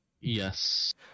yes